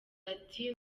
ati